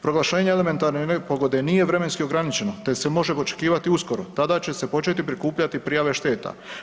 Proglašenje elementarne nepogode nije vremenski ograničeno, te se može očekivati uskoro, tada će se početi prikupljati prijave šteta.